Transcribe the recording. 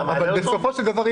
בסופו של דבר,